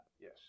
Yes